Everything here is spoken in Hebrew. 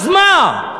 אז מה?